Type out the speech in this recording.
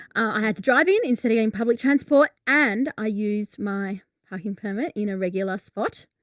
i had to drive in, in city and public transport and i used my parking permit in a regular spot.